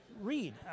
read